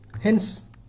Hence